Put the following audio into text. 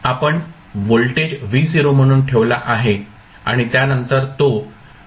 आपण voltage V0 म्हणून ठेवला आहे आणि त्यानंतर तो आहे